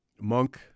Monk